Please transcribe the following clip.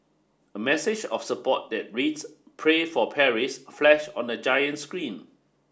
a message of support that reads Pray for Paris flash on the giant screen